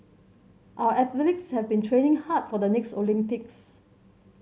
our athletes have been training hard for the next Olympics